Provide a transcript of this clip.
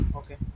okay